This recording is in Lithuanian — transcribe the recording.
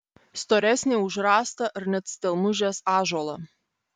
storesnį už rąstą ar net stelmužės ąžuolą